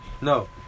No